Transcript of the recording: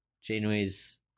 Janeway's